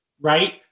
right